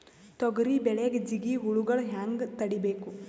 ತೊಗರಿ ಬೆಳೆಗೆ ಜಿಗಿ ಹುಳುಗಳು ಹ್ಯಾಂಗ್ ತಡೀಬೇಕು?